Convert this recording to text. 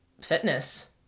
fitness